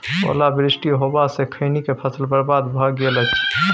ओला वृष्टी होबा स खैनी के फसल बर्बाद भ गेल अछि?